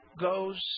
goes